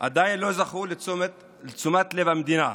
עדיין לא זכו לתשומת לב המדינה,